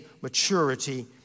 maturity